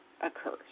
occurs